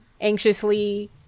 anxiously